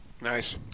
Nice